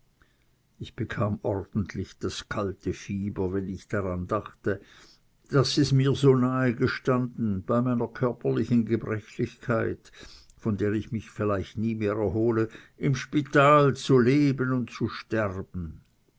ich bekam ordentlich das kalte fieber wenn ich daran dachte daß es mir so nahe gestanden bei meiner körperlichen gebrechlichkeit von der ich mich vielleicht nie mehr erhole im spital zu leben und zu sterben